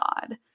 God